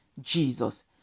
Jesus